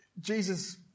Jesus